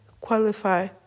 qualify